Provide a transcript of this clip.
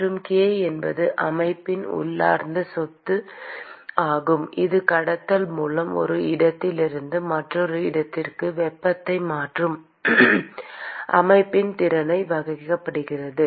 மற்றும் k என்பது அமைப்பின் உள்ளார்ந்த சொத்து ஆகும் இது கடத்தல் மூலம் ஒரு இடத்திலிருந்து மற்றொன்றுக்கு வெப்பத்தை மாற்றும் அமைப்பின் திறனை வகைப்படுத்துகிறது